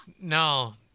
No